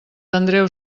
andreu